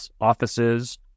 offices